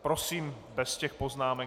Prosím bez těch poznámek.